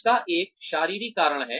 इसका एक शारीरिक कारण है